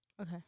Okay